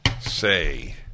say